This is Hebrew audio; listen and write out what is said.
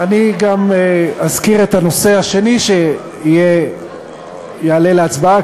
אני גם אזכיר את הנושא השני שיעלה להצבעה,